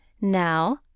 Now